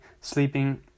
sleeping